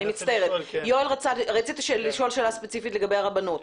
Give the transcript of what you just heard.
יואל, רצית לשאול שאלה ספציפית לגבי הרבנות.